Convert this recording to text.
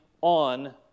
on